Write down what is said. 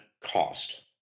cost